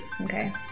Okay